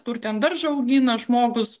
kur ten daržą augina žmogus